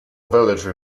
village